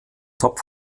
top